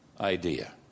idea